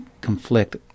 conflict